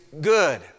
good